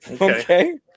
Okay